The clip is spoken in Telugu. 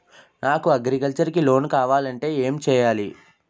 నాకు అగ్రికల్చర్ కి లోన్ కావాలంటే ఏం చేయాలి?